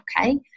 okay